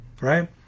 right